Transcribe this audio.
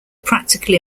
practical